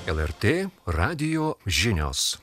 lrt radijo žinios